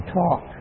talk